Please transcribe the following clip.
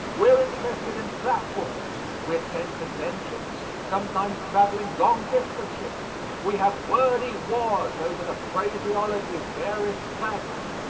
we are interested in platforms we attend conventions, sometimes traveling long distances we have wordy wars over the phraseology of various planks,